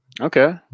Okay